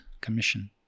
commission